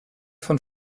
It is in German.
von